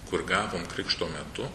kur gavom krikšto metu